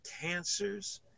cancers